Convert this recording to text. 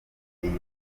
iyi